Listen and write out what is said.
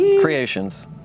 creations